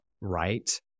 right